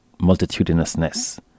multitudinousness